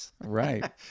right